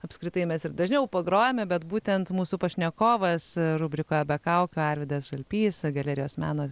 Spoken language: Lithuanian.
apskritai mes ir dažniau pagrojame bet būtent mūsų pašnekovas rubrikoje be kaukių arvydas žalpys galerijos meno